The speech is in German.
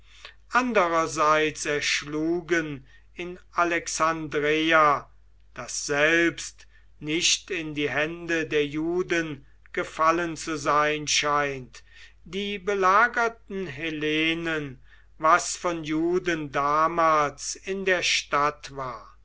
andererseits erschlugen in alexandreia das selbst nicht in die hände der juden gefallen zu sein scheint die belagerten hellenen was von juden damals in der stadt war